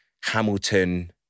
Hamilton